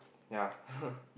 ya